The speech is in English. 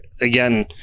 again